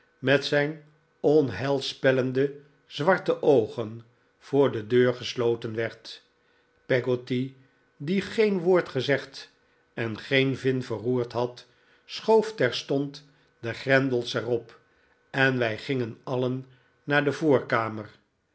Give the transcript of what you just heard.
met zijn onheilspellende zwarte oogen voor de deur gesloten werd peggotty die geen woord gezegd en geen vin verroerd had schoof terstond de grendels er op en wij gingen alien naar de voorkamer